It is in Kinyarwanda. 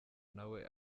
nawe